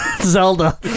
Zelda